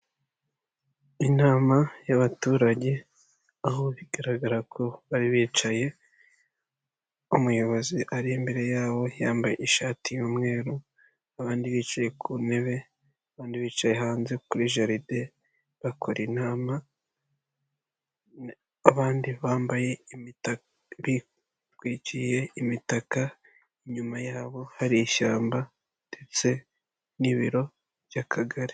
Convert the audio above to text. Inama y'abaturage aho bigaragara ko bari bicaye, umuyobozi ari imbere yabo yambaye ishati y'umweru, abandi bicaye ku ntebe abandi bicaye hanze kuri jaride bakora inama, abandi bitwikiriye imitaka inyuma yabo hari ishyamba ndetse n'ibiro by'akagari.